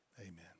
Amen